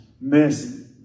mercy